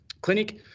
clinic